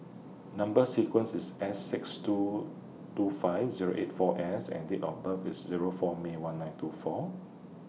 Number sequence IS S six two two five Zero eight four S and Date of birth IS Zero four May one nine two four